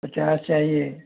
पचास चाहिए